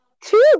two